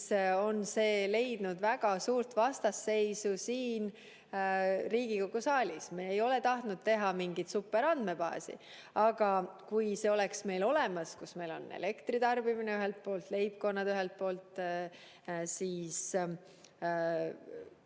on see leidnud väga suurt vastasseisu siin Riigikogu saalis. Me ei ole tahtnud teha mingit superandmebaasi, aga kui see oleks meil olemas ja seal oleks kirjas elektritarbimine ühelt poolt, leibkonnad teiselt poolt,